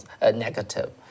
negative